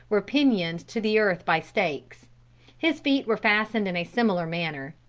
were pinioned to the earth by stakes his feet were fastened in a similar manner.